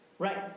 Right